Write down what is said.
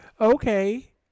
okay